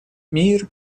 мир